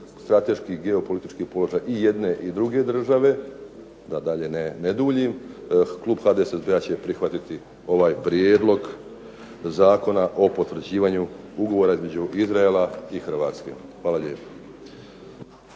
geostrateški, geopolitički položaj i jedne i druge države da dalje ne duljim, klub HDSSB-a će prihvatit ovaj Prijedlog zakona o potvrđivanju ugovora između Izraela i Hrvatske. Hvala lijepo.